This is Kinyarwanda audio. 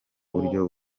buryo